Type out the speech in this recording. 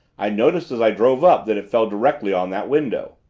i noticed as i drove up that it fell directly on that window.